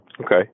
Okay